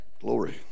glory